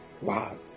Wow